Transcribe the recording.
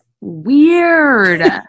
weird